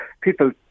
People